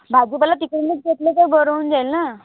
भाजीपाला तिथूनच घेतलं तर बरं होऊन जाईल ना